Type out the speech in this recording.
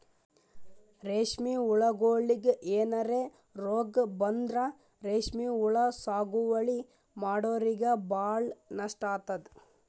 ರೇಶ್ಮಿ ಹುಳಗೋಳಿಗ್ ಏನರೆ ರೋಗ್ ಬಂದ್ರ ರೇಶ್ಮಿ ಹುಳ ಸಾಗುವಳಿ ಮಾಡೋರಿಗ ಭಾಳ್ ನಷ್ಟ್ ಆತದ್